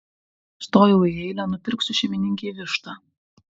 stojau į eilę nupirksiu šeimininkei vištą